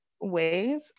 ways